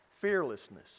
fearlessness